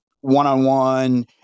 one-on-one